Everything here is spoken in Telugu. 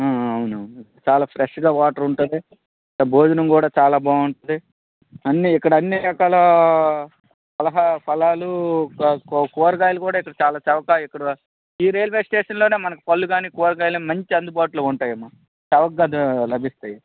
ఆ ఆ అవునవును చాలా ఫ్రెష్ గా వాటర్ ఉంటుంది భోజనం కూడా చాలా బాగుంటుంది అన్ని ఇక్కడ అన్ని రకాల పలహ ఫలాలు క కూరగాయలు కూడా ఇక్కడ చాలా చవక ఇప్పుడు ఈ రైల్వే స్టేషన్ లోనే మనకి పళ్లు గాని కూరగాయలు గాని మంచి అందుబాట్లో ఉంటాయమ్మా చవకగా లభిస్తాయి